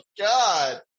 god